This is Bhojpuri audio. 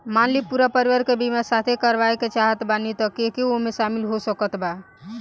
मान ली पूरा परिवार के बीमाँ साथे करवाए के चाहत बानी त के के ओमे शामिल हो सकत बा?